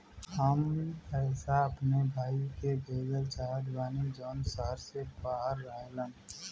हम पैसा अपने भाई के भेजल चाहत बानी जौन शहर से बाहर रहेलन